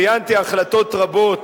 ציינתי החלטות רבות,